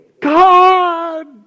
God